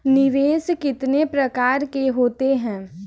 निवेश कितने प्रकार के होते हैं?